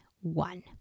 one